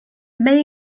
may